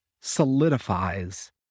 solidifies